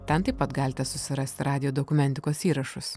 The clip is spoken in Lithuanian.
ten taip pat galite susirasti radijo dokumentikos įrašus